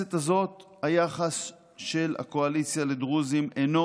בכנסת הזאת היחס של הקואליציה לדרוזים אינו